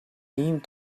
ийм